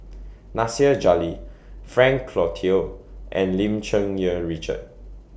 Nasir Jalil Frank Cloutier and Lim Cherng Yih Richard